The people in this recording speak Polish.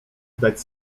zdać